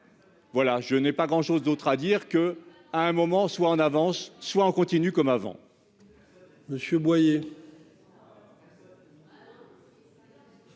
Voilà, je n'ai pas grand chose d'autre à dire que à un moment soit en avance. Soit on continue comme avant.